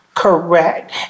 Correct